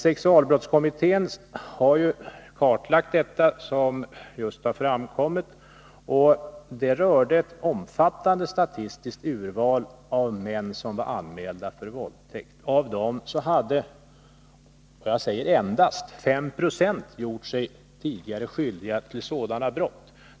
Sexualbrottskommittén har kartlagt detta, och resultatet har just framkommit. Det rörde sig om ett omfattande statistiskt urval av män som var anmälda för våldtäkt. Av dem hade endast 5 9 tidigare gjort sig skyldiga till sådana brott.